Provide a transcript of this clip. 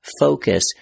Focus